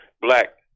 black